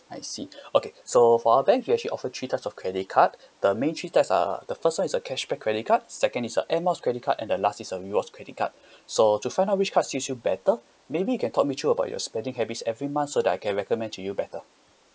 I see okay so for our bank we actually offer three types of credit card the main three types are the first one is a cashback credit card second is a air miles credit card and the last is a rewards credit card so to find out which card suits you better maybe you can talk me through about your spending habits every month so that I can recommend to you better